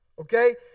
Okay